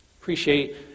appreciate